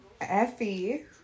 Effie